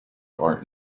are